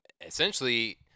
essentially